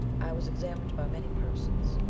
i was examined by many persons,